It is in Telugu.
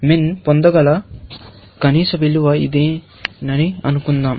MIN పొందగల కనీస విలువ ఇదేనని అనుకుందాం